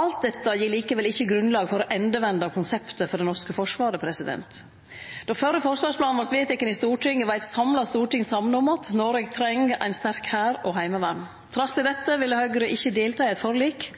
Alt dette gir likevel ikkje grunnlag for å endevende konseptet for det norske forsvaret. Då den førre forsvarsplanen vart vedteken i Stortinget, var eit samla storting samde om at Noreg treng ein sterk hær og heimevern. Trass i dette ville Høgre ikkje delta i eit forlik.